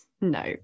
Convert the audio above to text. No